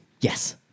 Yes